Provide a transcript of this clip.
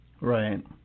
right